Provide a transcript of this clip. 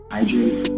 Hydrate